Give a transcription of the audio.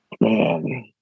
Man